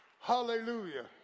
Hallelujah